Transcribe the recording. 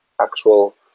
actual